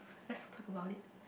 let's talk about it